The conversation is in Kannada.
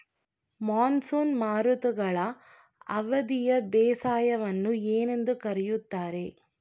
ಮಾನ್ಸೂನ್ ಮಾರುತಗಳ ಅವಧಿಯ ಬೇಸಾಯವನ್ನು ಏನೆಂದು ಕರೆಯುತ್ತಾರೆ?